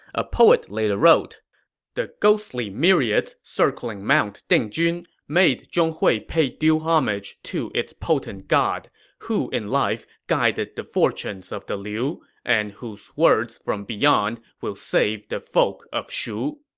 a poet later wrote the ghostly myriads circling mount dingjun made zhong hui pay due homage to its potent god who in life guided the fortunes of the liu and whose words from beyond will save the folk of shu